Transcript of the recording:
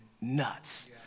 nuts